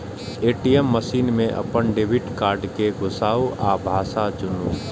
ATM machine मे अपन debit card कें घुसाउ आ भाषा चुनू